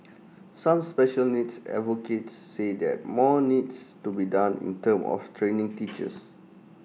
some special needs advocates say that more needs to be done in terms of training teachers